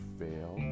fail